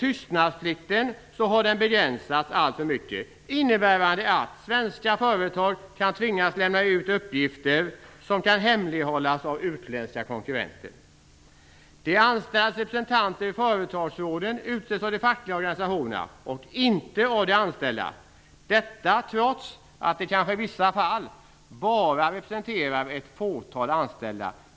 Tystnadsplikten har begränsats allt för mycket, vilket innebär att svenska företag kan tvingas lämna ut uppgifter som kan hemlighållas av utländska konkurrenter. De anställdas representanter i företagsråden skall utses av de fackliga organisationerna och inte av de anställda, trots att de fackliga organisationerna i vissa fall kanske bara representerar ett fåtal anställda.